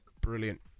Brilliant